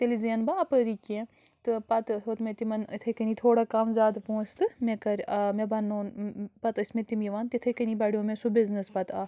تیٚلہِ زینہٕ بہٕ اَپٲری کیٚنٛہہ تہٕ پتہٕ ہیوٚت مےٚ تِمن یِتھَے کٔنی تھوڑا کَم زیادٕ پونٛسہٕ تہٕ مےٚ کٔر مےٚ بنوو پتہٕ ٲسۍ مےٚ تِم یِوان تِتھَے کٔنی بَڑیو مےٚ سُہ بِزنِس پتہٕ اَکھ